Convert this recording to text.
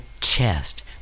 chest